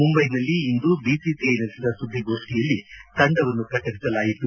ಮುಂಬೈನಲ್ಲಿ ಇಂದು ಬಿಸಿಸಿಐ ನಡೆಸಿದ ಸುದ್ದಿಗೋಷ್ಟಿಯಲ್ಲಿ ತಂಡವನ್ನು ಪ್ರಕಟಿಸಲಾಯಿತು